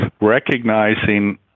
recognizing